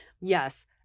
Yes